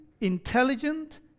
intelligent